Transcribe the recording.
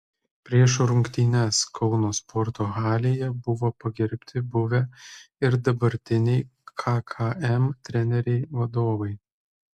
prieš rungtynes kauno sporto halėje buvo pagerbti buvę ir dabartiniai kkm treneriai vadovai